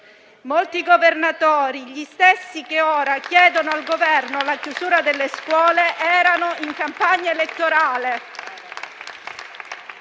molti governatori, gli stessi che ora chiedono al Governo la chiusura delle scuole, erano in campagna elettorale.